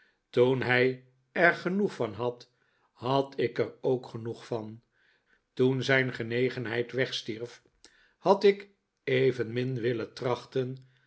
toen hij er genoeg van had had ik er ook genoeg van toen zijn genegenheid wegstierf had ik evenmin willen trachten